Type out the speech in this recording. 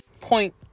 point